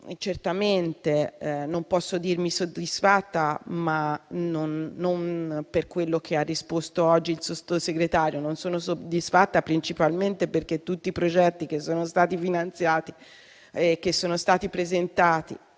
certamente non posso dirmi soddisfatta non per quello che ha risposto oggi il Sottosegretario. Non sono soddisfatta principalmente perché tutti i progetti che sono stati presentati